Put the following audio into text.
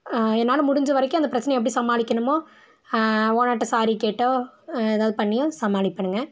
என்னால் முடிஞ்ச வரைக்கும் அந்த பிரச்சனையை எப்படி சமாளிக்கணுமோ ஓனர்கிட்ட ஸாரி கேட்டோ ஏதாவது பண்ணியோ சமாளிப்பேனுங்க